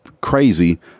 crazy